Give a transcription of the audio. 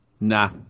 Nah